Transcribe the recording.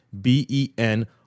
B-E-N